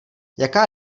jaká